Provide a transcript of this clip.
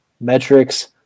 metrics